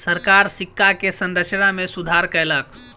सरकार सिक्का के संरचना में सुधार कयलक